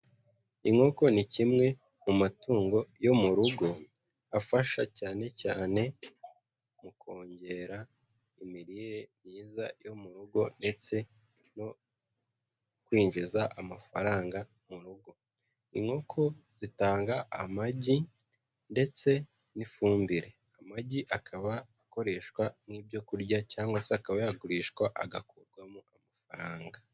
Inkoko ni kimwe mu matungo yo mu rugo afasha cyane cyane mu kongera imirire myiza yo mu rugo ndetse no kwinjiza amafaranga mu rugo. Inkoko zitanga amagi ndetse n'ifumbire; amagi akaba akoreshwa nk'ibyo kurya cyangwa se akaba yagurishwa agakurwamo amafaranga.